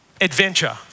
adventure